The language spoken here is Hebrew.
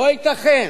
לא ייתכן